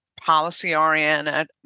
policy-oriented